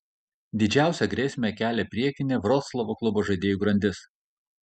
didžiausią grėsmę kelia priekinė vroclavo klubo žaidėjų grandis